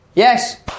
Yes